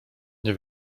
nie